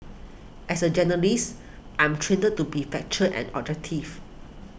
as a journalist I'm trained to be factual and